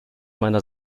meiner